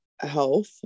Health